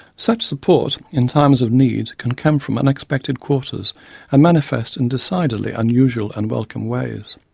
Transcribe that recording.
such support in times of need can come from unexpected quarters and manifest in decidedly unusual and welcome ways.